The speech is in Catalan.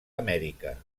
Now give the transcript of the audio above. amèrica